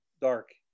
dark